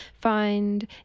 Find